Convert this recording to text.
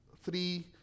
three